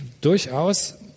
durchaus